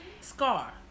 Scar